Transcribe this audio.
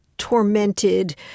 tormented